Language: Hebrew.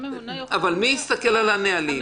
מי יסתכל על הנהלים?